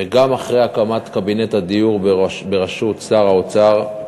וגם אחרי הקמת קבינט הדיור בראשות שר האוצר,